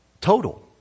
total